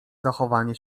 zachowanie